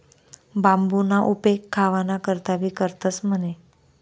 बांबूना उपेग खावाना करता भी करतंस म्हणे